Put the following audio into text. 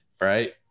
Right